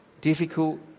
difficult